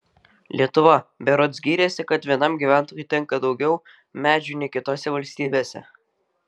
lietuva berods gyrėsi kad vienam gyventojui tenka daugiau medžių nei kitose valstybėse